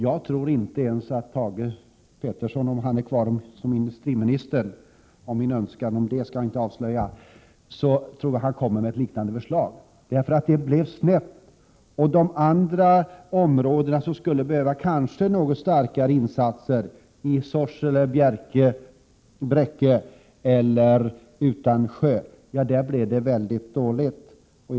Jag tror att inte ens Thage Peterson — om han nu sitter kvar som industriminister efter valet, min önskan därvidlag skall jag inte avslöja — skulle återkomma med ett liknande förslag. Man hamnade nämligen snett. I andra områden, som kanske skulle behöva något kraftigare insatser, Sorsele, Bräcke eller Utansjö, blev det fråga om väldigt dåligt stöd.